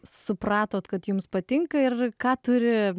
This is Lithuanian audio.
supratote kad jums patinka ir ką turi